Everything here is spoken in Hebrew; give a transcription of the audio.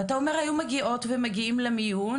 ואתה אומר היו מגיעות ומגיעים למיון,